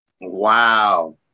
Wow